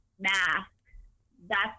mask—that's